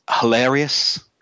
hilarious